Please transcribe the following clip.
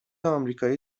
امریکایی